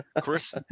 chris